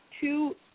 two